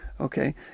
Okay